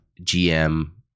GM